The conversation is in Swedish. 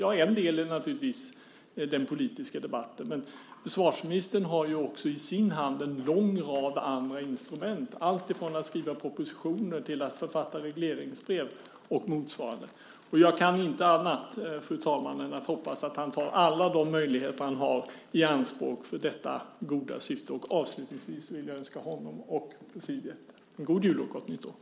Ja, en del är naturligtvis den politiska debatten. Men försvarsministern har också i sin hand en lång rad andra instrument, allt från att skriva propositioner till att författa regleringsbrev och motsvarande. Jag kan inte annat, fru talman, än hoppas att han tar alla de möjligheter han har i anspråk för detta goda syfte. Avslutningsvis vill jag önska honom och presidiet en god jul och ett gott nytt år.